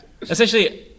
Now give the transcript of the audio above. Essentially